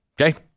Okay